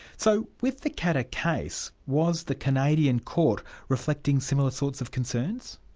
so with the khadr case, was the canadian court reflecting similar sorts of concerns?